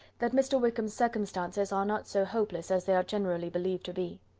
that mr. wickham's circumstances are not so hopeless as they are generally believed to be.